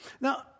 Now